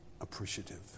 appreciative